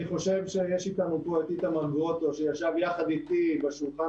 נמצא איתנו פה איתמר גרוטו שישב יחד איתי בשולחן